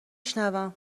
شنوم